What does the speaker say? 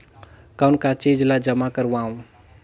कौन का चीज ला जमा करवाओ?